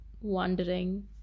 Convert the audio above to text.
wondering